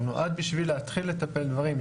הוא נועד בשביל להתחיל לטפל בדברים,